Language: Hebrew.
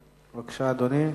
בבקשה, אדוני.